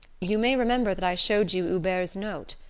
you may remember that i showed you hubert's note.